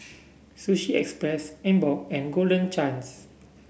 Sushi Express Emborg and Golden Chance